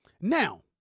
Now